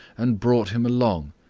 and brought him along.